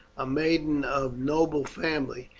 a maiden of noble family,